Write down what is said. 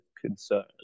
concern